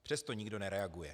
Přesto nikdo nereaguje.